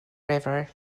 river